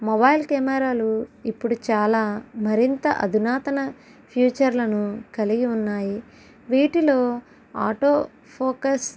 mobile కెమెరాలు ఇప్పుడు చాలా మరింత అధునాతన ఫ్యూచర్లను కలిగి ఉన్నాయి వీటిలో ఆటో ఫోకస్